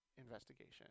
investigation